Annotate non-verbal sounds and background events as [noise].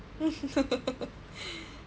[laughs]